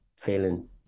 feeling